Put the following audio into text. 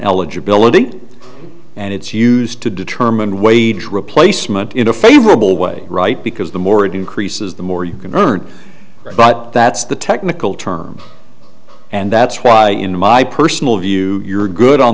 eligibility and it's used to determine wage replacement in a favorable way right because the more it increases the more you can earn but that's the technical term and that's why in my personal view you're good on